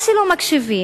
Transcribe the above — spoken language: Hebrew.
או שלא מקשיבים